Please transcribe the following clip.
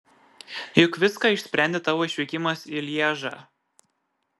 juk viską išsprendė tavo išvykimas į lježą